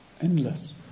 Endless